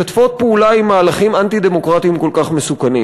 משתפות פעולה עם מהלכים אנטי-דמוקרטיים כל כך מסוכנים.